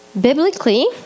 Biblically